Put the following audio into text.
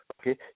Okay